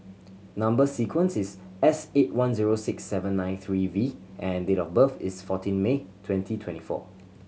number sequence is S eight one zero six seven nine three V and date of birth is fourteen May twenty twenty four